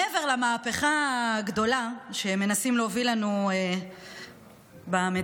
מעבר למהפכה הגדולה שמנסים להוביל לנו במדינה,